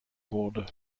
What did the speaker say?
wurde